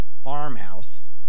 farmhouse